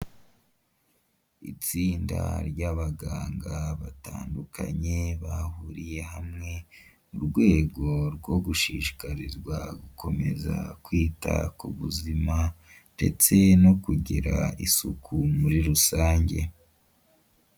Itsinda ry'abaganga batandukanye, bahuriye hamwe mu rwego rwo gushishikarizwa gukomeza kwita ku buzima ndetse no kugira isuku muri rusange.